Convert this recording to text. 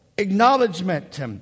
acknowledgement